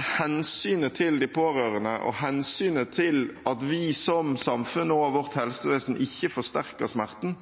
hensynet til de pårørende – hensynet til at vi som samfunn og at vårt helsevesen ikke forsterker smerten